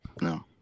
No